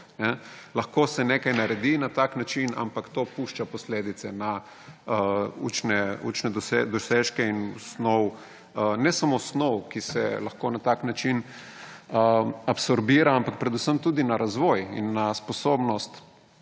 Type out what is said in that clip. Lahko se nekaj naredi na tak način, ampak to pušča posledice na učnih dosežkih in snovi, ne samo snovi, ki se lahko na tak način absorbira, ampak predvsem tudi na razvoju in na sposobnosti